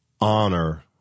honor